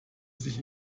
sich